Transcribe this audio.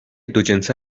دوجنسه